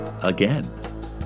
again